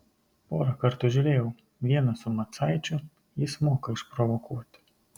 porą kartų žiūrėjau vieną su macaičiu jis moka išprovokuoti